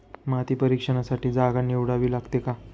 माती परीक्षणासाठी जागा निवडावी लागते का?